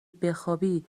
بخوابی